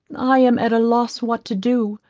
i am at a loss what to do.